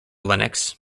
linux